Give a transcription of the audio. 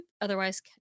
Otherwise